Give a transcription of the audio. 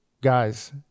Guys